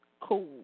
Cool